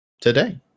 today